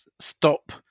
stop